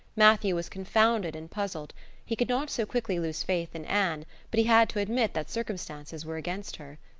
matthew was confounded and puzzled he could not so quickly lose faith in anne but he had to admit that circumstances were against her.